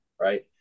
Right